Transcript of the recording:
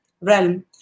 realm